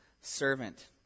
servant